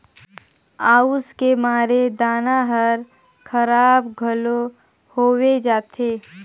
अउस के मारे दाना हर खराब घलो होवे जाथे